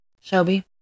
Shelby